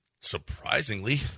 surprisingly